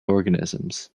organisms